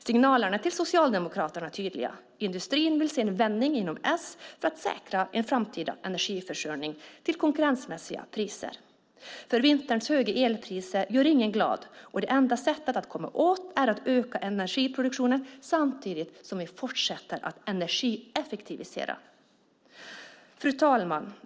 Signalerna till Socialdemokraterna är tydliga: Industrin vill se en vändning inom S för att säkra en framtida energiförsörjning till konkurrensmässiga priser. Vinterns höga elpriser gör ingen glad, och det enda sättet att komma åt dem är att öka energiproduktionen samtidigt som vi fortsätter att energieffektivisera. Fru talman!